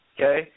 okay